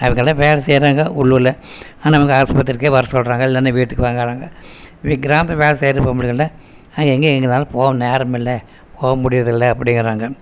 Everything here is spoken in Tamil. அவர்கள்லாம் வேலை செய்கிறாங்க உள்ளூரில் ஆனால் அவங்க ஆஸ்பத்திரிக்கே வர சொல்கிறாங்க இல்லைனா வீட்டுக்கு வாங்கன்றாங்க இப்படி கிராமத்தில் வேலை செய்கிற பொம்பளைங்களில் எங்கே எங்களால போக நேரம் இல்லை போக முடியறதில்லை அப்படிங்கிறாங்க